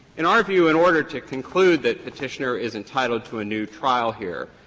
in our view, in order to conclude that petitioner is entitled to a new trial here,